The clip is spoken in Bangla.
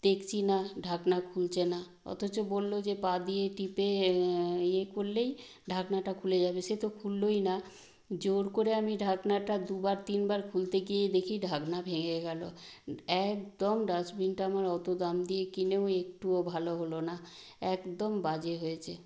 দেখছি না ঢাকনা খুলছে না অথচ বললো যে পা দিয়ে টিপে ইয়ে করলেই ঢাকনাটা খুলে যাবে সে তো খুললোই না জোর করে আমি ঢাকনাটা দুবার তিনবার খুলতে গিয়ে দেখি ঢাকনা ভেঙে গেল একদম ডাস্টবিনটা আমার অত দাম দিয়ে কিনেও একটুও ভালো হলো না একদম বাজে হয়েছে